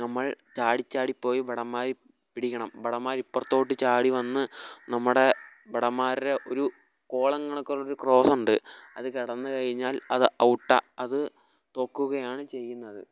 നമ്മൾ ചാടി ചാടി പോയി ഭടന്മാരെ പിടിക്കണം ഭടന്മാര് ഇപ്പുറത്തോട്ട് ചാടി വന്ന് നമ്മുടെ ഭടന്മാരുടെ ഒരു കോളം കണക്ക് ഒരു ക്രോസ്സുണ്ട് അത് കടന്ന് കഴിഞ്ഞാൽ അത് ഔട്ടാണ് അത് പൊക്കുകയാണ് ചെയ്യുന്നത്